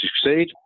succeed